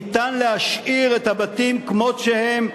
ניתן להשאיר את הבתים כמות שהם,